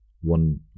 one